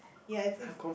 ya it's it's